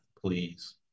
please